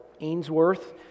Ainsworth